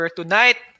tonight